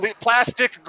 plastic